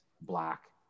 black